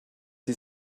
sie